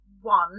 One